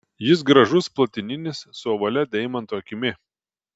jis gražus platininis su ovalia deimanto akimi